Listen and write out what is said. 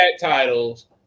titles